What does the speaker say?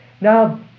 Now